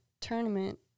tournament